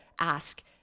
ask